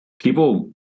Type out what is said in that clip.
people